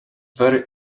very